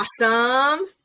Awesome